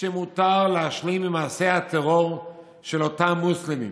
שמותר להשלים עם מעשי הטרור של אותם מוסלמים